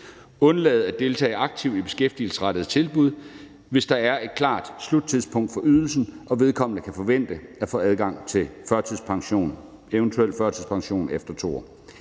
undlade at deltage aktivt i beskæftigelsesrettede tilbud, hvis der er et klart sluttidspunkt for ydelsen, og hvis vedkommende kan forvente at få adgang til eventuel førtidspension efter 2 år.